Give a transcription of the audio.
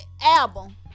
album